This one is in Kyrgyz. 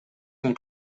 ким